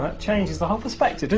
ah changes the whole perspective.